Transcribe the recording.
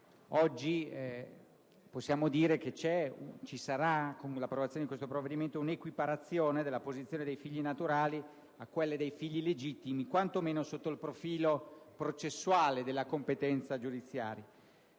Oggi possiamo dire che c'è e ci sarà, con l'approvazione di questo provvedimento, un'equiparazione della posizione dei figli naturali a quella dei figli legittimi, quantomeno sotto il profilo processuale della competenza giudiziaria.